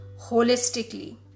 holistically